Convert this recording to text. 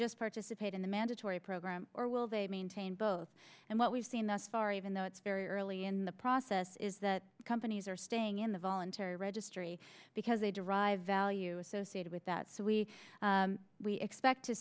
just participate in the mandatory program or will they maintain both and what we've seen thus far even though it's very early in the process is that companies are staying in the voluntary registry because they derive value associated with that so we we expect to